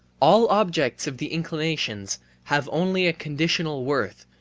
all objects of the inclinations have only a conditional worth,